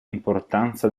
importanza